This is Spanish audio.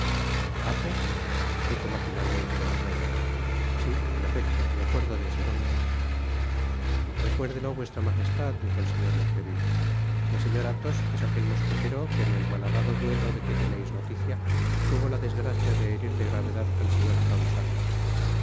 athos dijo maquinalmente el rey si en efecto me acuerdo de ese nombre recuérdelo v m dijo el señor de treville el señor athos es aquel mosquetero que en el mathadado duelo de que teneis noticia tuvo la desgracia de herir de gravedad al señor